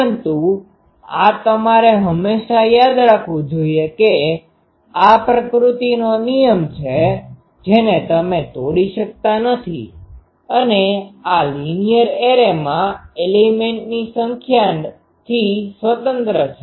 પરંતુ આ તમારે હંમેશાં યાદ રાખવું જોઈએ કે આ પ્રકૃતિનો નિયમ છે જેને તમે તોડી શકતા નથી અને આ લીનીયર એરેમાં એલીમેન્ટની સંખ્યાથી સ્વતંત્ર છે